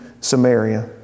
Samaria